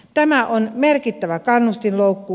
tämä on merkittävä kannustinloukku